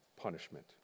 punishment